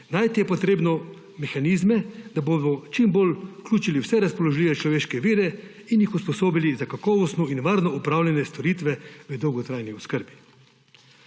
Najti je potrebno mehanizme, da bomo čim bolj vključili vse razpoložljive človeške vire in jih usposobili za kakovostno in varno opravljanje storitev v dolgotrajni oskrbi.